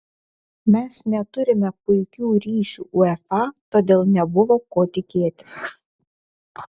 mes neturime puikių ryšių uefa todėl nebuvo ko tikėtis